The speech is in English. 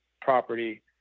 property